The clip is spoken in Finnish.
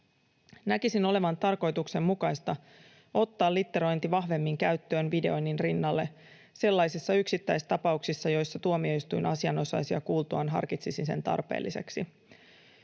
Näkisin olevan tarkoituksenmukaista ottaa litterointi vahvemmin käyttöön videoinnin rinnalle sellaisissa yksittäistapauksissa, joissa tuomioistuin asianosaisia kuultuaan harkitsisi sen tarpeelliseksi.